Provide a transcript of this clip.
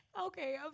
okay